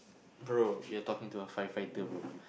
bro you're talking to a firefighter bro